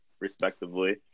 respectively